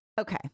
Okay